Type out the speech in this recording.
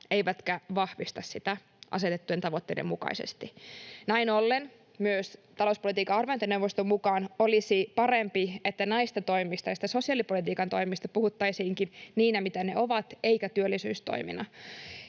eivätkä vahvista sitä asetettujen tavoitteiden mukaisesti. Näin ollen myös talouspolitiikan arviointineuvoston mukaan olisi parempi, että näistä toimista, näistä sosiaalipolitiikan toimista, puhuttaisiinkin niinä, mitä ne ovat, eikä työllisyystoimina,